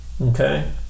okay